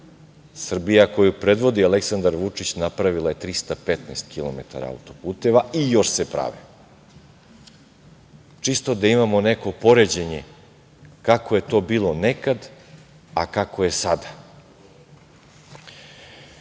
Srbija koju predvodi Aleksandar Vučić napravila je 315 kilometara autoputeva i još se prave. Čisto da imamo neko poređenje kako je to bilo nekad, a kako je sada. Priča